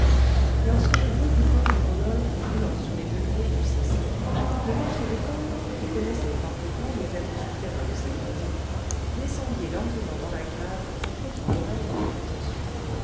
lorsque le bruit du corps de rodolphe roulant sur les degrés eut cessé le maître d'école qui connaissait parfaitement les êtres souterrains de cette maison descendit lentement dans la cave en prêtant l'oreille avec attention